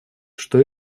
что